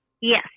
yes